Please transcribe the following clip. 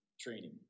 training